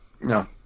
No